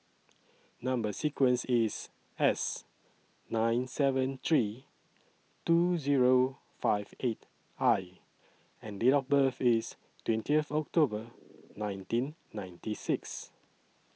Number sequence IS S nine seven three two Zero five eight I and Date of birth IS twentieth October nineteen ninety six